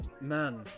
man